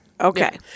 okay